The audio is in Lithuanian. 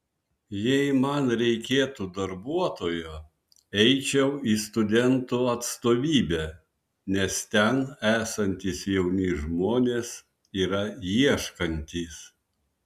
jei man reikėtų darbuotojo eičiau į studentų atstovybę nes ten esantys jauni žmonės yra ieškantys